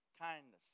kindness